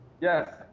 Yes